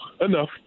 enough